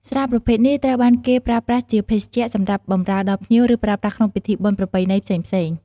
ស្រាប្រភេទនេះត្រូវបានគេប្រើប្រាស់ជាភេសជ្ជៈសម្រាប់បម្រើដល់ភ្ញៀវ ឬប្រើប្រាស់ក្នុងពិធីបុណ្យប្រពៃណីផ្សេងៗ។